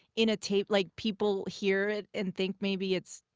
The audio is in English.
in a take, like, people hear it and think maybe it's,